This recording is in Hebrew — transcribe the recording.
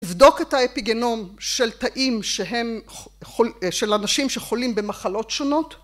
ו‫בדוק את האפיגנום של תאים ‫של אנשים שחולים במחלות שונות?